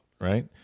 right